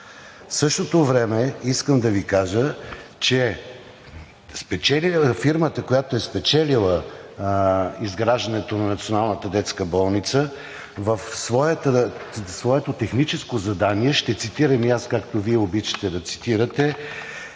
в същото време фирмата, която е спечелила изграждането на Националната детска болница, в своето техническо задание – ще цитирам и аз, както Вие обичате да цитирате,